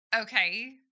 okay